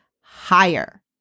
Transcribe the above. higher